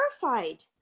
terrified